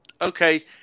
okay